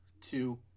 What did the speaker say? two